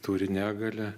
turi negalią